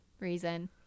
reason